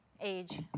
age